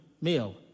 meal